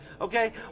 Okay